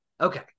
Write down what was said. okay